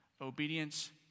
Obedience